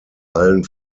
allen